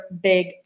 big